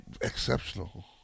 Exceptional